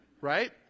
Right